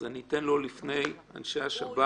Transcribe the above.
אז אני אתן לו לפני אנשי השב"כ.